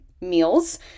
meals